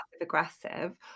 aggressive